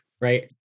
Right